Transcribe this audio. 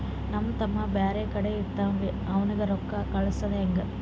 ನಮ್ ತಮ್ಮ ಬ್ಯಾರೆ ಕಡೆ ಇರತಾವೇನ್ರಿ ಅವಂಗ ರೋಕ್ಕ ಕಳಸದ ಹೆಂಗ?